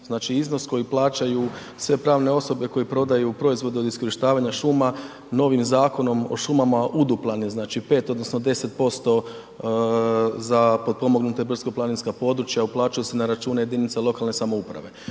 znači iznos koji plaćaju sve pravne osobe koje prodaju proizvod od iskorištavanja šuma novim Zakonom o šumama uduplan je znači 5 odnosno 10% za potpomognute brdsko-planinska područja uplaćuje se na račune jedinica lokalne samouprave.